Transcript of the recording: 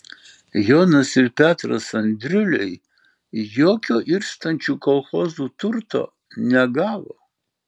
jonas ir petras andriuliai jokio irstančių kolchozų turto negavo